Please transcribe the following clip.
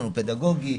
פדגוגי,